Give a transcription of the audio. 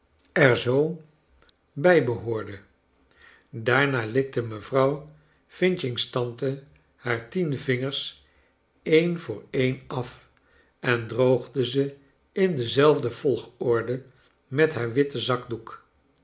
er zoo bij tbehoorde daarna likte mevrouw f's tante haar tien vingers een voor een af en droogde ze in dezelfde volgorde met haar witten zakdoek